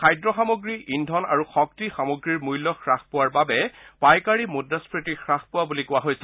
খাদ্য সামগ্ৰী ইন্ধন আৰু শক্তি সামগ্ৰীৰ মূল্য হ্ৰাস পোৱাৰ বাবে পাইকাৰী মুদ্ৰাস্ফীতি হাস পোৱা বুলি কোৱা হৈছে